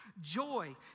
Joy